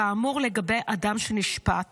כאמור, לגבי אדם שנשפט